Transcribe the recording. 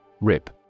RIP